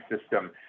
system